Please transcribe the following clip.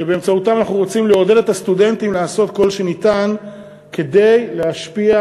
שבאמצעותם אנחנו רוצים לעודד את הסטודנטים לעשות כל שניתן כדי להשפיע,